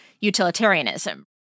utilitarianism